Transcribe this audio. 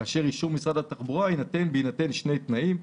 כאשר אישור משרד התחבורה יינתן בהינתן שני תנאים: